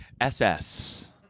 SS